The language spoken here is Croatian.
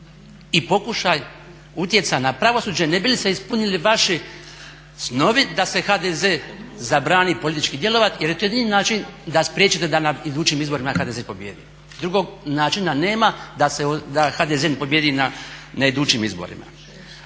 i pokušaj utjecaja na pravosuđe ne bi li se ispunili vaši snovi da se HDZ zabrani politički djelovati jer je to jedini način da spriječite da na idućim izborima HDZ pobijedi. Drugog načina nema, da HDZ ne pobijedi na idućim izborima.